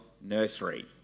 nursery